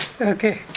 Okay